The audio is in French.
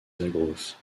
zagros